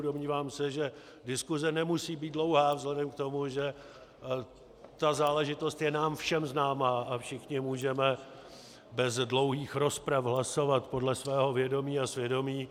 Domnívám se, že diskuze nemusí být dlouhá vzhledem k tomu, že ta záležitost je nám všem známá a všichni můžeme bez dlouhých rozprav hlasovat podle svého vědomí a svědomí.